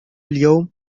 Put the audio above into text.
اليوم